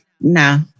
No